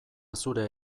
zure